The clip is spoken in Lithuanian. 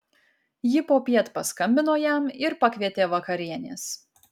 ji popiet paskambino jam ir pakvietė vakarienės